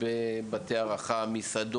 אתה רואה את זה במסעדות, בבתי הארחה ועוד.